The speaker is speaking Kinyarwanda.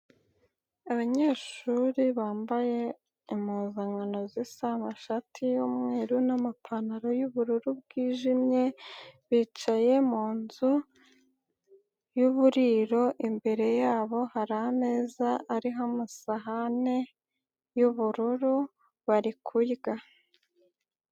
Abanyeshuri bambaye impuzankano zisa amashati y'umweru n'amapantaro y'ubururu bwijimye bicaye y'uburiro, imbere yabo hari ameza ariho amasahane y'ubururu bari kurya.